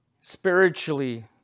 spiritually